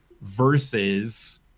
versus